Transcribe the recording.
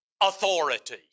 authority